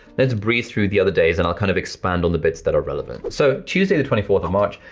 lets breeze through the other days and i'll kind of expand on the bits that are relevant. so, tuesday the twenty fourth of march,